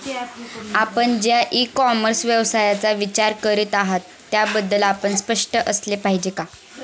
आपण ज्या e commerce व्यवसायाचा विचार करीत आहात त्याबद्दल आपण स्पष्ट असले पाहिजे का?